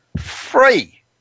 free